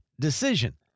decision